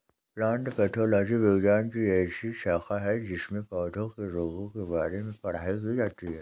plant pathology विज्ञान की ऐसी शाखा है जिसमें पौधों के रोगों के बारे में पढ़ाई की जाती है